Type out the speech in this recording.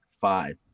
five